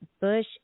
bush